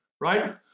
right